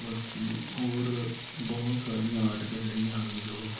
ਬਾਕੀ ਹੋਰ ਬਹੁਤ ਸਾਰੀਆਂ ਆਰਟ ਗੈਲਰੀਆਂ ਹਨ ਜੋ